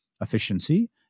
efficiency